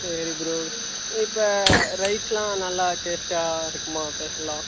சரி ப்ரோ இப்போ ரைஸ்லாம் நல்லா டேஸ்ட்டாக இருக்குமா ஸ்பெஷலாக